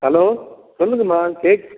hello சொல்லுங்கம்மா gate